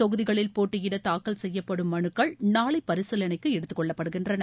தொகுதிகளில் போட்டியிட தாக்கல் செய்யப்படும் மனுக்கள் நாளை பரிசீலனைக்கு இந்த எடுத்துக்கொள்ளப்படுகின்றன